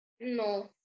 No